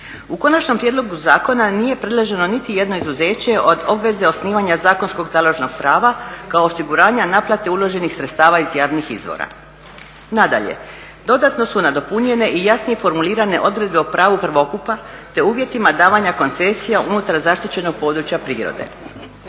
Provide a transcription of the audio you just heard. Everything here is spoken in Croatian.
U konačnom prijedlogu zakona nije predloženo nitijedno izuzeće od obveze osnivanja zakonskog založnog prava kao osiguranja naplate uloženih sredstava iz javnih izvora. Nadalje, dodatno su nadopunjene i jasnije formulirane odredbe o pravu prvokupa te uvjetima davanja koncesija unutar zaštićenog područja prirode.